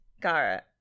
Gara